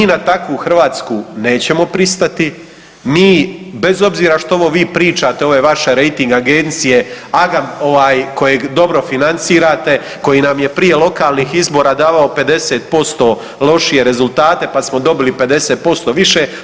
Mi na takvu Hrvatsku nećemo pristati, mi bez obzira što ovo vi pričate, ove vaše rejting agencije, ... ovaj, kojeg dobro financirate, koji nam je prije lokalnih izbora davao 50% lošije rezultate, pa smo dobili 50% više.